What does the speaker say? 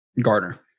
Gardner